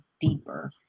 deeper